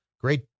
great